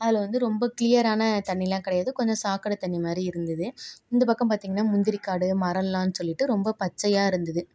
அதில் வந்து ரொம்ப கிளியரான தண்ணியெலாம் கிடையாது கொஞ்சம் சாக்கடை தண்ணி மாதிரி இருந்தது இந்தப்பக்கம் பார்த்திங்கன்னா முந்திரி காடு மரமெல்லாம் சொல்லிட்டு ரொம்ப பச்சையாக இருந்தது